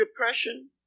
depression